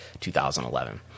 2011